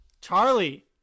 Charlie